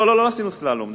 סלאלום.